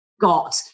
got